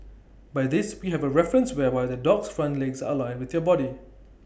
by this we have A reference whereby the dog's front legs are aligned with your body